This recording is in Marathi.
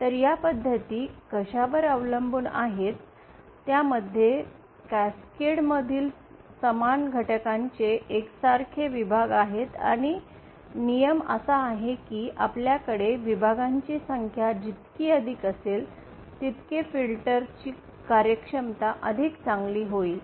तर या पद्धती कशावर अवलंबून आहेत त्यामध्ये कॅसकेड मधील समान घटकांचे एकसारखे विभाग आहेत आणि नियम असा आहे की आपल्याकडे विभागांची संख्या जितकी अधिक असेल तितके फिल्टर ची कार्यक्षमता अधिक चांगली होईल